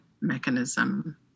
mechanism